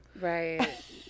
Right